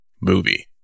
movie